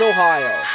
Ohio